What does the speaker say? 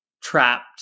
trapped